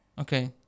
Okay